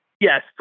Yes